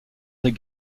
des